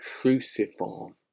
cruciform